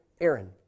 Aaron